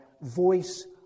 voice